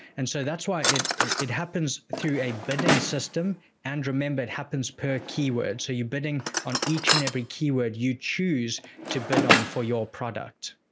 and so, that's why. it it happens through a bidding system and remember it happens per keyword. so, you're bidding on each and every keyword you choose to bid on for your product.